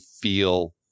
feel